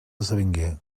esdevingué